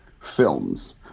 films